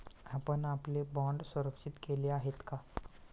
आपण आपले बाँड सुरक्षित केले आहेत का?